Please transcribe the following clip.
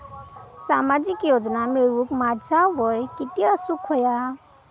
सामाजिक योजना मिळवूक माझा वय किती असूक व्हया?